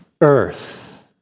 earth